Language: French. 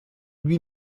lui